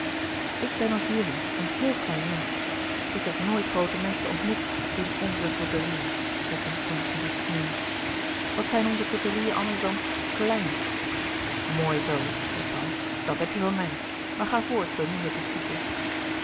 ik ben als jullie een heel klein mensch ik heb nooit groote menschen ontmoet in onze côterieën zei constance met een sneer wat zijn onze côterieën anders dan klein mooi zoo zei paul dat heb je van mij maar ga voort beminde discipel